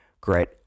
great